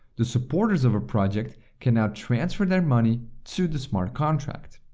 the supporters of a project can now transfer their money to the smart contract.